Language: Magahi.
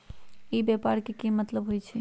ई व्यापार के की मतलब होई छई?